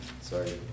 Sorry